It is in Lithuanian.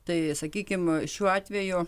tai sakykim šiuo atveju